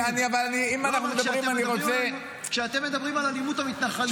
אבל כשאתם מדברים על אלימות המתנחלים,